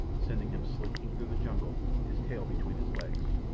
sending him slinking through the jungle, his tail between his legs.